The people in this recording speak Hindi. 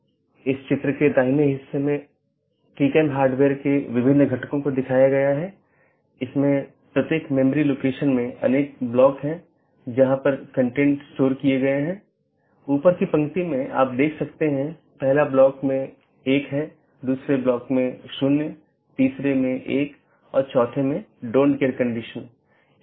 यह एक चिन्हित राउटर हैं जो ऑटॉनमस सिस्टमों की पूरी जानकारी रखते हैं और इसका मतलब यह नहीं है कि इस क्षेत्र का सारा ट्रैफिक इस क्षेत्र बॉर्डर राउटर से गुजरना चाहिए लेकिन इसका मतलब है कि इसके पास संपूर्ण ऑटॉनमस सिस्टमों के बारे में जानकारी है